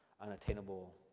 unattainable